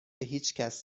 هیچکس